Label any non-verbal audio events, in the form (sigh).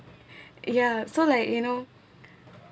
(breath) ya so like you know